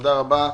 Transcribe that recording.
תודה רבה.